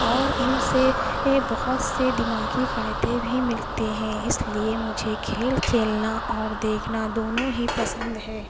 اور ان سے اے بہت سے دماغی فائدے بھی ملتے ہیں اس لیے مجھے کھیل کھیلنا اور دیکھنا دونوں ہی پسند ہے